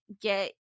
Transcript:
get